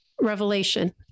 revelation